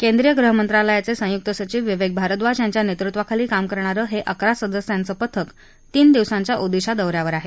केंद्रीय गृहमंत्रालयाचे संयुक्त सघिव विवेक भारद्वाज यांच्या नेतृत्वाखाली काम करणारं हे अकरा सदस्यांचं पथक तीन दिवसांच्या ओदिशा दौऱ्यावर आहे